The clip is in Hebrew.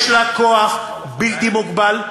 יש לה כוח בלתי מוגבל.